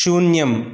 शून्यम्